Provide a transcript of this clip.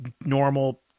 normal